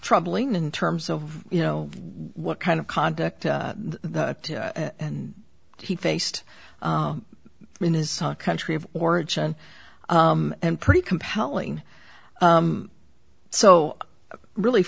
troubling in terms of you know what kind of conduct and he faced in his country of origin and pretty compelling so really